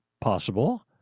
possible